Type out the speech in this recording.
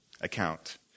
account